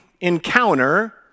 encounter